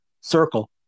circle